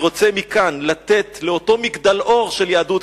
אני רוצה מכאן לתת לאותו מגדל אור של יהדות